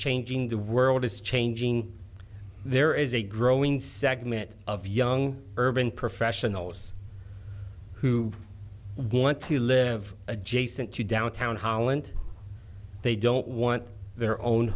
changing the world is changing there is a growing segment of young urban professionals who want to live adjacent to downtown holland they don't want their own